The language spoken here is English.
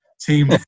team